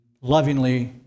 lovingly